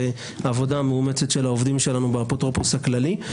וללא העבודה המאומצת של העובדים שלנו באפוטרופוס הכללי.